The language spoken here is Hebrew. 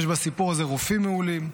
יש בסיפור הזה רופאים מעולים,